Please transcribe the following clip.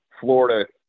Florida –